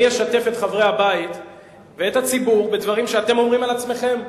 אני אשתף את חברי הבית ואת הציבור בדברים שאתם אומרים על עצמכם.